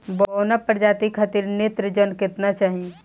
बौना प्रजाति खातिर नेत्रजन केतना चाही?